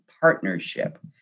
partnership